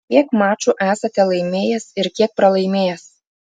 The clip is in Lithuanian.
kiek mačų esate laimėjęs ir kiek pralaimėjęs